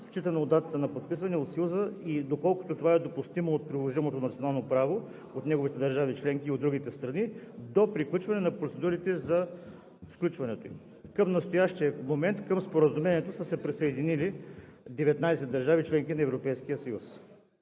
считано от датата на подписване, от Съюза и доколкото това е допустимо от приложимото национално право, от неговите държави членки и от другите страни, до приключване на процедурите за сключването им. Към настоящия момент Споразумението за присъединяване и Допълнителното